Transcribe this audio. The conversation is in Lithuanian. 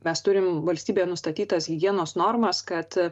mes turim valstybėje nustatytas higienos normas kad